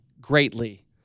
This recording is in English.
greatly